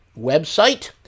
website